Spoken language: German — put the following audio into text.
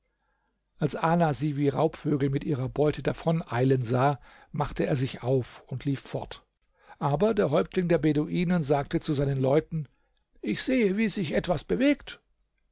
als ala sie wie raubvögel mit ihrer beute davoneilen sah machte er sich auf und lief fort aber der häuptling der beduinen sagte zu seinen leuten ich sehe wie etwas sich bewegt